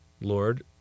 Lord